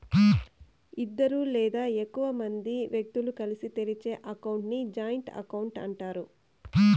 ఇద్దరు లేదా ఎక్కువ మంది వ్యక్తులు కలిసి తెరిచే అకౌంట్ ని జాయింట్ అకౌంట్ అంటారు